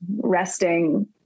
resting